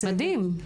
מדהים.